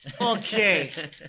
Okay